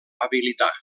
habilitar